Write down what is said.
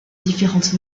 différentes